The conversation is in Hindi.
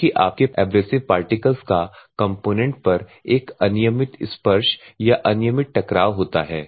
क्योंकि आपके एब्रेसिव पार्टिकल्स का कंपोनेंट पर एक अनियमित स्पर्श या अनियमित टकराव होता है